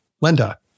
Linda